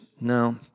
No